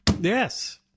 Yes